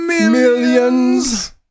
millions